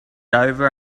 over